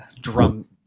Drum